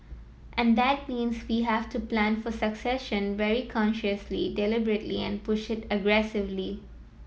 and that means we have to plan for succession very consciously deliberately and push it aggressively